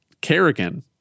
Kerrigan